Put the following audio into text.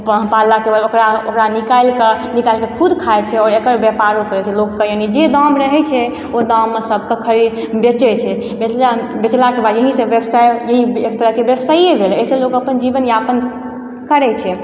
पाललाके बाद ओकरा ओकरा निकालि कऽ निकालि कऽ खुद खाइ छै आओर एकर व्यापारो करै छै लोकके यानी जे दाम रहै छै ओ दाममे सबके खरी बेचै छै बेचलाके बाद यही सब व्यवसाय एक तरहके व्यवसाये भेलै एहिसँ लोक अपन जीवन यापन करै छै